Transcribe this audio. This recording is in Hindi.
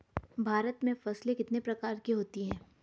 भारत में फसलें कितने प्रकार की होती हैं?